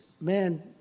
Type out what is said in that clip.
man